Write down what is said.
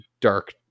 dark